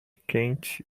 quente